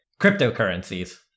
cryptocurrencies